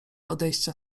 odejścia